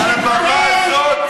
על הבמה הזאת,